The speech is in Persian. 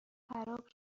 خراب